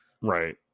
Right